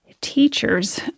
teachers